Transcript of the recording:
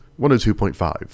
102.5